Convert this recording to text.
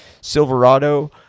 Silverado